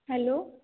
hello